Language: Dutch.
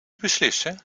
beslissen